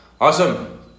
Awesome